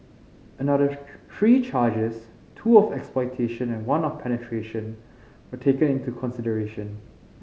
another three charges two of exploitation and one of penetration were taken into consideration